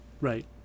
right